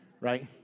right